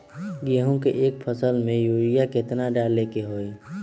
गेंहू के एक फसल में यूरिया केतना डाले के होई?